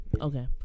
Okay